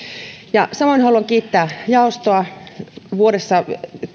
samoin haluan kiittää jaostoa